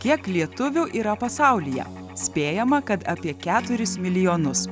kiek lietuvių yra pasaulyje spėjama kad apie keturis milijonus